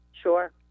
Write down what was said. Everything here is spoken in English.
sure